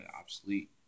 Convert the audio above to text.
obsolete